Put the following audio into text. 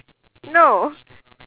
no